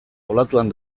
olatuan